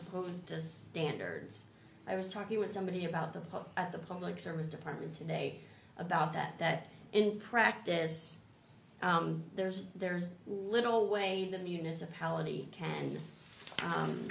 opposed to standards i was talking with somebody about the public the public service department today about that that in practice there's there's little way the municipality can